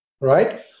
right